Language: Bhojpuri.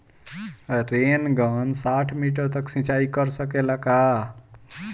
रेनगन साठ मिटर तक सिचाई कर सकेला का?